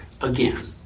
again